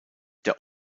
der